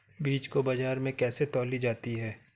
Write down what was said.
बीज को बाजार में कैसे तौली जाती है?